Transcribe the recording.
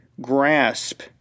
grasp